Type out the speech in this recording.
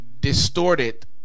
distorted